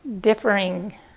differing